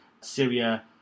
Syria